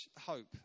hope